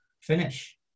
finish